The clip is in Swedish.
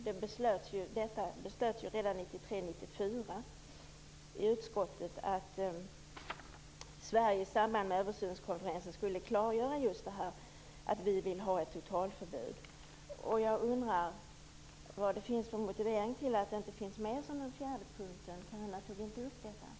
Det beslöts redan 1993/94 i utskottet att Sverige i samband med översynskonferensen skulle klargöra att vi vill ha ett totalförbud. Jag undrar vad det finns för motivering till att det inte finns med som den fjärde punkten. Carina Hägg tog inte upp den frågan.